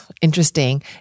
interesting